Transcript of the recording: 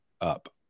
up